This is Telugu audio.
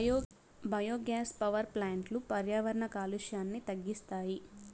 బయోగ్యాస్ పవర్ ప్లాంట్లు పర్యావరణ కాలుష్యాన్ని తగ్గిస్తాయి